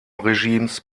regimes